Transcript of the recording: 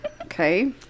Okay